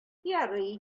ярый